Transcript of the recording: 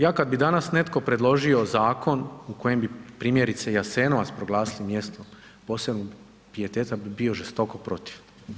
Ja kad bi danas netko predložio zakon u kojem bi primjerice Jasenovac proglasili mjestom posebnog pijeteta bi bio žestoko protiv.